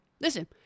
Listen